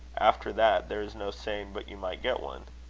after that, there is no saying but you might get one.